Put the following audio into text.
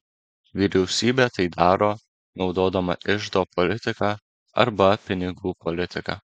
vyriausybė tai daro naudodama iždo politiką arba pinigų politiką